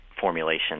formulation